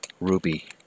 Ruby